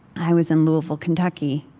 i was in louisville, kentucky,